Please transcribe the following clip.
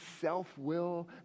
self-will